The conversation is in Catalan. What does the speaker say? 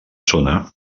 zona